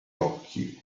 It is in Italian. occhi